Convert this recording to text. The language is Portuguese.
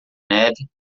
neve